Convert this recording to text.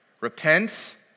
repent